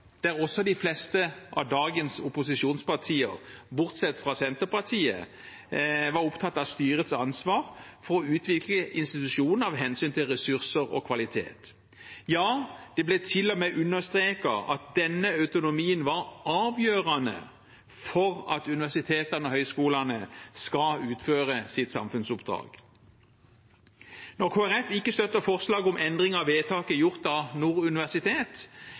også de fleste av dagens opposisjonspartier – bortsett fra Senterpartiet – opptatt av styrets ansvar for å utvikle institusjonene hensyn til ressurser og kvalitet. Ja, det ble til og med understreket at denne autonomien var avgjørende for at universitetene og høyskolene skal utføre sitt samfunnsoppdrag. Når Kristelig Folkeparti ikke støtter forslaget om endring av vedtaket gjort av